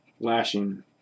Lashing